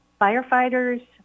firefighters